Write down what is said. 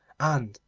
and,